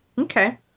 Okay